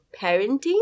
parenting